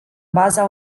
baza